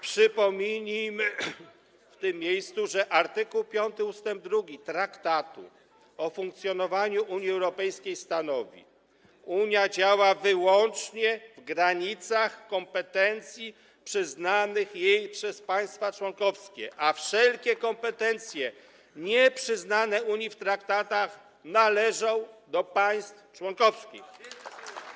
Przypomnijmy w tym miejscu, że art. 5 ust. 2 Traktatu o funkcjonowaniu Unii Europejskiej stanowi: Unia działa wyłącznie w granicach kompetencji przyznanych jej przez państwa członkowskie, a wszelkie kompetencje nieprzyznane Unii w traktatach należą do państw członkowskich.